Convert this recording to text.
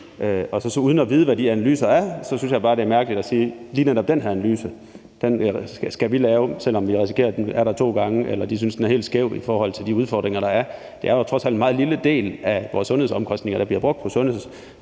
uden at vide, hvad de analyser er, synes jeg bare, det er mærkeligt at sige, at lige netop den her analyse skal vi lave, selv om vi risikerer, at den er der to gange, eller at de synes, at den er helt skæv i forhold til de udfordringer, der er. Det er jo trods alt en meget lille del af vores sundhedsomkostninger, der bliver brugt på sundhedsforsikringer.